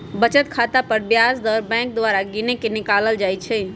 बचत खता पर ब्याज दर बैंक द्वारा गिनके निकालल जाइ छइ